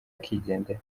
akigendera